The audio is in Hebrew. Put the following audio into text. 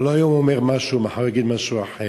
הלוא היום הוא אומר משהו, מחר יגיד משהו אחר.